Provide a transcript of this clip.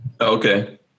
okay